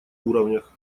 уровнях